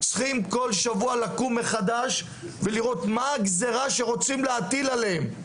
הם צריכים לקום כל שבוע מחדש ולראות מה הגזירה שרוצים להטיל עליהם.